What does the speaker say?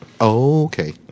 Okay